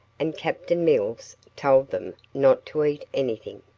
and captain mills told them not to eat anything,